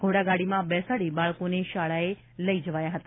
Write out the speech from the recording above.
ઘોડાગાડીમાં બેસાડી બાળકોને શાળાએ લઇ જવાયા હતા